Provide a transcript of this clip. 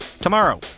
tomorrow